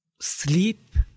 sleep